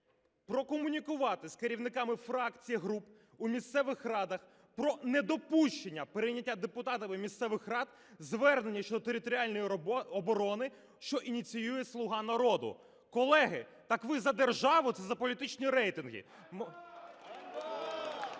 прокомунікувати з керівниками фракцій і груп у місцевих радах про недопущення прийняття депутатами місцевих рад звернення щодо територіальної оборони, що ініціює "Слуга народу". Колеги, так ви за державу чи за політичні рейтинги?